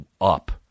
up